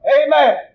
amen